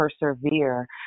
persevere